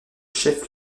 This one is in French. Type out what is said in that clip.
chef